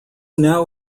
now